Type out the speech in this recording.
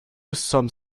some